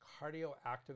cardioactive